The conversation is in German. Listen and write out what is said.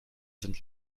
sind